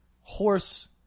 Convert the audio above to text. horse